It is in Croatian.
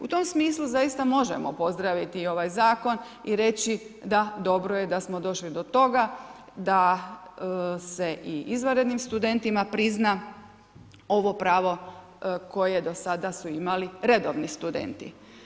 U tom smislu zaista možemo pozdraviti ovaj zakon i reći da dobro je da smo došli do toga da se i izvanrednim studentima prizna ovo pravo koje do sada su imali redovni studenti.